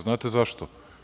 Znate zašto?